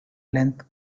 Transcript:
length